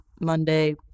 Monday